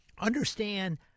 understand